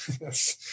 yes